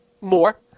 more